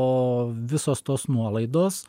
o visos tos nuolaidos